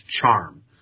charm